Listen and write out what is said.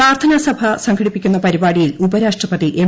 പ്രാർത്ഥനാ സഭ സംഘടിപ്പിക്കുന്ന പരിപാടിയിൽ ഉപരാഷ്ട്രപതി എം